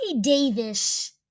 Davis